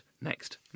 next